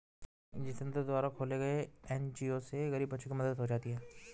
जितेंद्र द्वारा खोले गये एन.जी.ओ से गरीब बच्चों की मदद हो जाती है